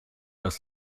das